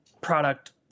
product